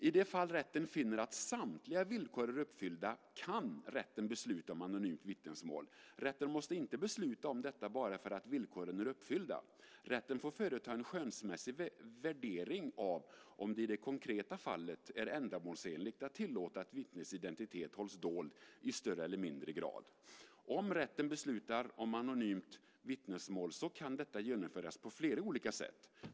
I de fall rätten finner att samtliga villkor är uppfyllda "kan" rätten besluta om anonymt vittnesmål. Rätten måste inte besluta om detta bara därför att villkoren är uppfyllda. Rätten får företa en skönsmässig värdering av om det i det konkreta fallet är ändamålsenligt att tillåta att vittnets identitet hålls dold i högre eller lägre grad. Om rätten beslutar om anonymt vittnesmål kan detta genomföras på flera olika sätt.